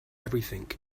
everything